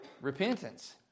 repentance